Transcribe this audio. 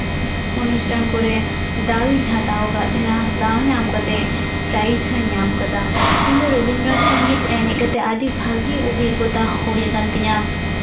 ᱚᱱᱩᱥᱴᱷᱟᱱ ᱫᱟᱣᱤᱧ ᱦᱟᱛᱟᱣ ᱠᱟᱜ ᱛᱟᱦᱮᱱᱟ ᱫᱟᱣ ᱧᱟᱢ ᱠᱟᱛᱮᱜ ᱯᱨᱟᱭᱤᱡᱽ ᱦᱩᱧ ᱧᱟᱢ ᱠᱟᱫᱟ ᱤᱧ ᱫᱚ ᱨᱚᱵᱤᱱᱫᱨᱚ ᱥᱚᱝᱜᱤᱛ ᱮᱱᱮᱡ ᱠᱟᱛᱮᱜ ᱟᱹᱰᱤ ᱵᱷᱟᱹᱜᱤ ᱚᱵᱷᱤᱜᱽᱜᱚᱛᱟ ᱦᱩᱭᱟᱠᱟᱱ ᱛᱤᱧᱟᱹ